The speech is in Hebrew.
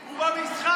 הוא במשחק.